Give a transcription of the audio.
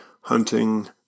hunting